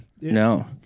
no